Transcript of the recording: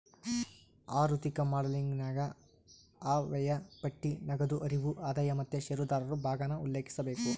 ಆಋಥಿಕ ಮಾಡೆಲಿಂಗನಾಗ ಆಯವ್ಯಯ ಪಟ್ಟಿ, ನಗದು ಹರಿವು, ಆದಾಯ ಮತ್ತೆ ಷೇರುದಾರರು ಭಾಗಾನ ಉಲ್ಲೇಖಿಸಬೇಕು